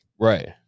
right